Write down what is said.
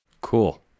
Cool